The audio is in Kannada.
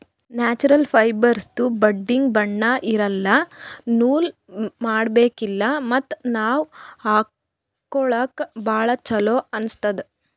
ನ್ಯಾಚುರಲ್ ಫೈಬರ್ಸ್ದು ಬಟ್ಟಿಗ್ ಬಣ್ಣಾ ಇರಲ್ಲ ನೂಲ್ ಮಾಡಬೇಕಿಲ್ಲ ಮತ್ತ್ ನಾವ್ ಹಾಕೊಳ್ಕ ಭಾಳ್ ಚೊಲೋ ಅನ್ನಸ್ತದ್